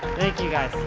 thank you guys.